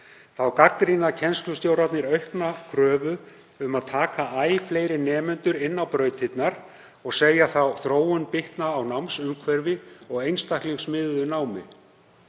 Þá gagnrýna kennslustjórarnir aukna kröfu um að taka æ fleiri nemendur inn á brautirnar og segja þá þróun bitna á námsumhverfi og einstaklingsmiðuðu námi.